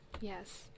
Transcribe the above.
Yes